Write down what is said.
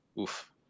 Oof